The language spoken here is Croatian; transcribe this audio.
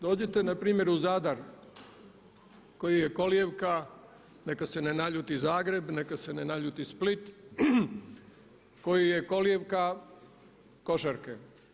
Dođite na primjer u Zadar koji je kolijevka neka se ne naljuti Zagreb, neka se ne naljuti Split koji je kolijevka košarke.